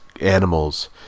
animals